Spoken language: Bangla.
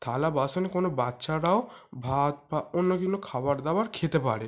থালা বাসনে কোনো বাচ্চারাও ভাত বা অন্য কোনো খাবার দাবার খেতে পারে